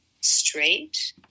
straight